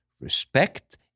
respect